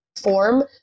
form